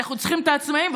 אנחנו צריכים את העצמאים,